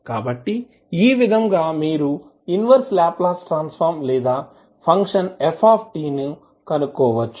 కాబట్టి ఈ విధంగా మీరు ఇన్వర్స్ లాప్లాస్ ట్రాన్స్ ఫార్మ్ లేదా ఫంక్షన్ ftను కనుగొనవచ్చు